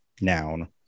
noun